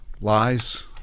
Lies